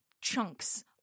chunks